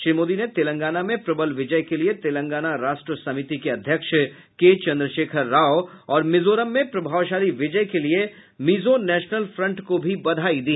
श्री मोदी ने तेलंगाना में प्रबल विजय के लिए तेलंगाना राष्ट्र समिति के अध्यक्ष के चंद्रशेखर राव और मिजोरम में प्रभावशाली विजय के लिए मिजो नेशनल फ्रंट को भी बधाई दी